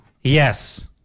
yes